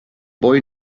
boy